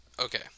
Okay